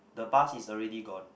the bus is already gone